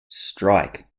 strike